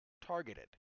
targeted